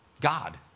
God